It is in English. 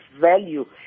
value